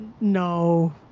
No